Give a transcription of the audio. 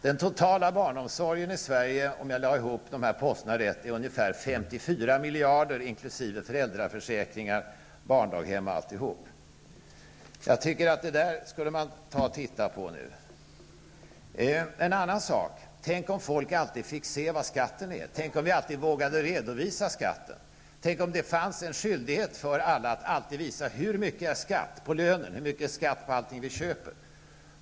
Den totala barnomsorgen i Sverige, om man lägger ihop dessa poster, uppgår till ungeför 54 miljarder inkl. föräldraförsäkringen, barndaghem, osv. Jag tycker att man nu skulle ta och se över detta. En annan sak. Tänk om folk alltid fick se vad skatten är. Tänk om vi alltid vågade redovisa skatten. Tänk om det fanns en skyldighet för alla att alltid visa hur mycket som är skatt på lönen och på allt som vi köper.